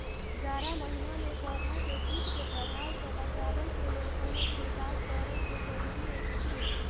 जारा महिना मे पौधा के शीत के प्रभाव सॅ बचाबय के लेल कोनो छिरकाव करय के जरूरी अछि की?